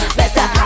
better